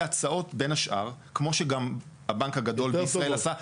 הצעות בין השאר כמו שגם הבנק הגדול בישראל עשה --- יותר טובות.